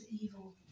evil